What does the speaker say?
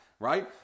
right